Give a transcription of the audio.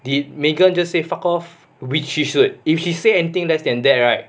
did megan just say fuck off which she should if she say anything less than that right